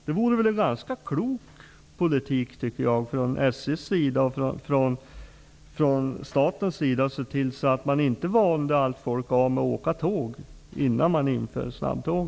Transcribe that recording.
Det vore väl en klok politik från SJ:s och statens sida att se till så att man inte vänjer av allt folk med att åka tåg innan man inför snabbtåg.